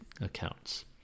accounts